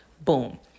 Boom